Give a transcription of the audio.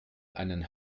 einen